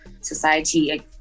society